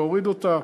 להוריד אותה.